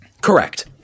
Correct